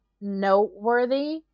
noteworthy